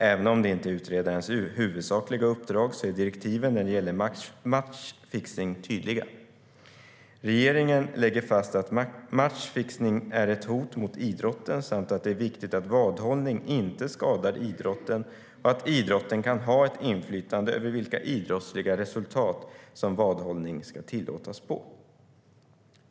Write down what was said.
Även om det inte är utredarens huvudsakliga uppdrag så är direktiven när det gäller matchfixning tydliga. Regeringen lägger fast att matchfixning är ett hot mot idrotten samt att det är viktigt att vadhållning inte skadar idrotten och att idrotten kan ha ett inflytande över vilka idrottsliga resultat som vadhållning ska tillåtas på.